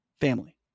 family